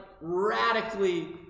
radically